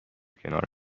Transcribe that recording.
کنار